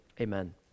amen